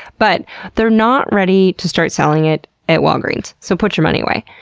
but they're not ready to start selling it at walgreens, so put your money away.